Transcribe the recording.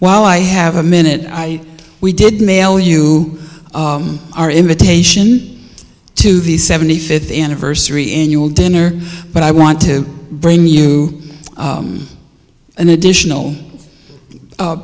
while i have a minute i we did mail you our invitation to the seventy fifth anniversary annual dinner but i want to bring you an additional